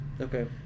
Okay